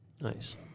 Nice